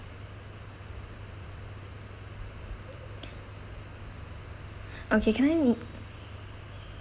okay can I